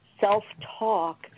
self-talk